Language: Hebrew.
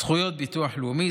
זכויות בביטוח הלאומי,